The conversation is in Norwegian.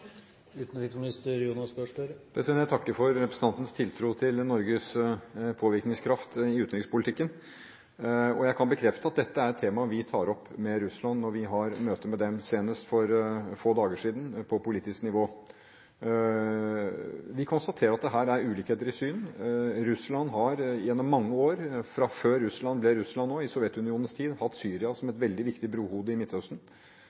Jeg takker for representanten Skei Grandes tiltro til Norges påvirkningskraft i utenrikspolitikken! Jeg kan bekrefte at dette er et tema vi tar opp med Russland når vi har møter med dem på politisk nivå – senest for få dager siden. Vi konstaterer at det her er ulikheter i syn. Russland har gjennom mange år, fra før Russland ble Russland også – i Sovjetunionens tid – hatt Syria som et veldig viktig brohode i Midtøsten.